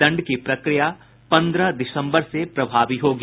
दंड की प्रक्रिया पन्द्रह दिसम्बर से प्रभावी होगी